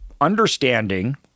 understanding